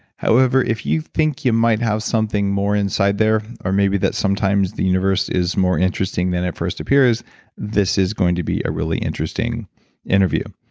however, if you think you might have something more inside there or maybe that's sometimes the universe is more interesting that it first appear is this is going to be a really interesting interview.